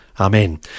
Amen